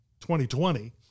2020